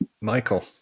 Michael